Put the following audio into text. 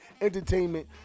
entertainment